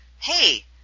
hey